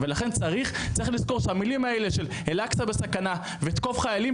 ולכן צריך לזכור שהמילים האלה של אל אקצא בסכנה ותקוף חיילים,